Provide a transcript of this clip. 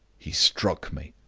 he struck me.